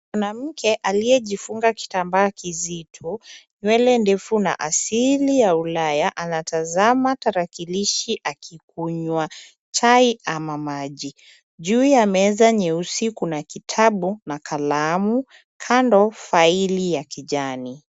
Mwanamke aliyejifunga kitambaa kizito, nywele ndefu na asili ya ulaya anatazama tarakilishi akikunywa chai ama maji. Juu ya meza nyeusi kuna kitabu na kalamu, kando faili ya kijani.